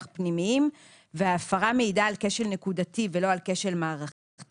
פנימיים וההפרה מעידה על כשל נקודתי ולא על כשל מערכתי.